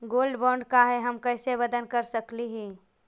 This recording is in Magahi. गोल्ड बॉन्ड का है, हम कैसे आवेदन कर सकली ही?